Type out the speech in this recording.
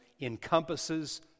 encompasses